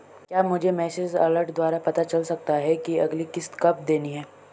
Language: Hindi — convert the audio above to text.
क्या मुझे मैसेज अलर्ट द्वारा पता चल सकता कि अगली किश्त कब देनी है?